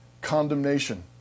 condemnation